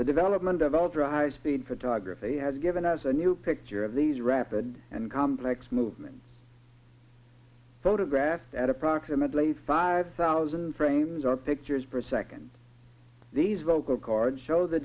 the development of all dry speed photography has given us a new picture of these rapid and complex movement photographed at approximately five thousand frames are pictures per second these vocal cards show the